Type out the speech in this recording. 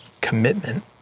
commitment